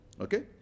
okay